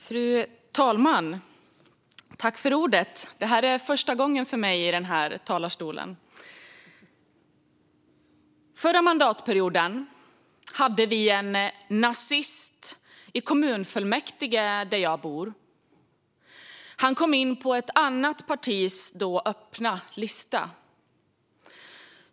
Fru talman! Jag tackar för ordet. Det är första gången jag står i den här talarstolen. Förra mandatperioden fanns en nazist i kommunfullmäktige där jag bor. Han kom in på ett annat partis då öppna lista.